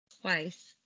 twice